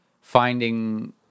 finding